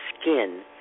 skin